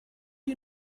you